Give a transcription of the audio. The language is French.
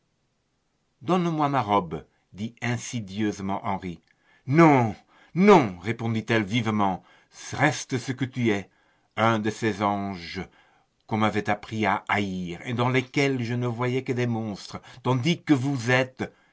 donne-moi ma robe dit insidieusement henri non non répondit-elle vivement reste ce que tu es un de ces anges qu'on m'avait appris à haïr et dans lesquels je ne voyais que des monstres tandis que vous êtes